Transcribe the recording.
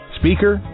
speaker